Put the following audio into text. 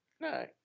No